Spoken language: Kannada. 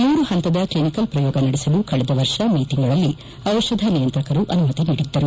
ಮೂರು ಪಂತದ ಕ್ಷಿನಿಕಲ್ ಪ್ರಯೋಗ ನಡೆಸಲು ಕಳೆದ ವರ್ಷ ಮೇ ತಿಂಗಳಲ್ಲಿ ದಿಷಧ ನಿಯಂತ್ರಕರು ಅನುಮತಿ ನೀಡಿದ್ದರು